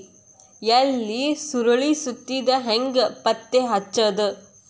ಎಲಿ ಸುರಳಿ ಸುತ್ತಿದ್ ಹೆಂಗ್ ಪತ್ತೆ ಹಚ್ಚದ?